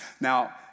Now